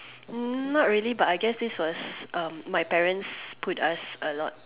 not really but I guess this was my parents put us a lot